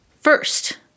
First